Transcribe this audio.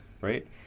right